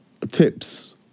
tips